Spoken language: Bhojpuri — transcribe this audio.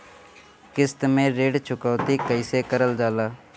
किश्त में ऋण चुकौती कईसे करल जाला?